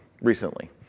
recently